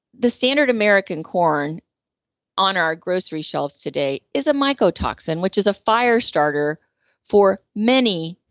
the standard american corn on our grocery shelves today is a mycotoxin, which is a fire starter for many,